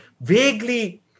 vaguely